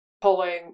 pulling